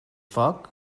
foc